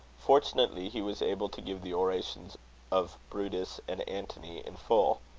fortunately, he was able to give the orations of brutus and antony in full.